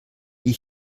die